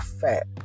fat